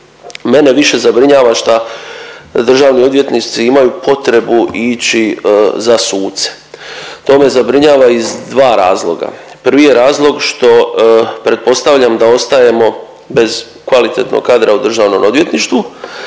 Mene više zabrinjava šta državni odvjetnici imaju potrebu ići za suce. To me zabrinjava iz dva razloga, prvi je razlog što pretpostavljam da ostajemo bez kvalitetnog kadra u državnom odvjetništvu,